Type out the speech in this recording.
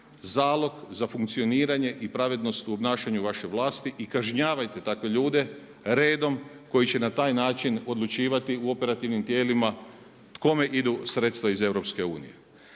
zalog za funkcioniranje i pravednost u obnašanju vaše vlasti. I kažnjavajte takve ljude redom koji će na taj način odlučivati u operativnim tijelima kome idu sredstva iz EU.